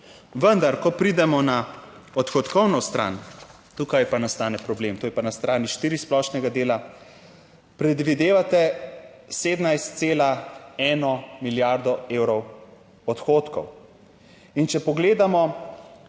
Vendar, ko pridemo na odhodkovno stran, tukaj pa nastane problem, to je pa na strani 4 splošnega dela. Predvidevate 17,1 milijardo evrov odhodkov. In če pogledamo,